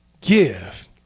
give